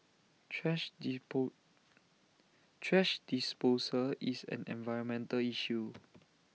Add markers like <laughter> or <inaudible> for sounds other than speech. thrash <unintelligible> thrash disposal is an environmental issue